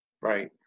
right